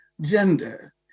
gender